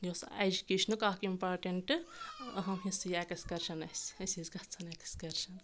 یہِ اوس ایجُکیشنُک اَکھ اِمپاٹَنٹہٕ أہَم حِصہٕ یہِ ایٚکٕسکَرشَن أسۍ ٲسۍ گژھان اؠکٕسکَرشَن